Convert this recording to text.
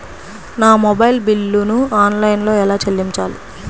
నా మొబైల్ బిల్లును ఆన్లైన్లో ఎలా చెల్లించాలి?